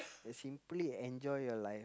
simply enjoy your life